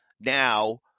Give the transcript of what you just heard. now